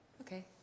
Okay